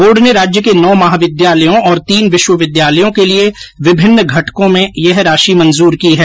board ने राज्य के नौ महाविद्यालयों तथा तीन विश्वविद्यालयों के लिए विभिन्न घटकों में यह राशि मंजूर की है